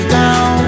down